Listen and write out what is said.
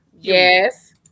Yes